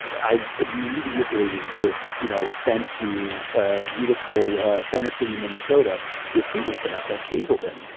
but i immediately was you know sent to a beautiful center city, minnesota to a treatment center called hazelden,